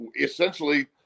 essentially